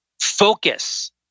focus